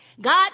God